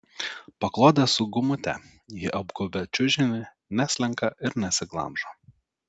paklodė su gumute ji apgaubia čiužinį neslenka ir nesiglamžo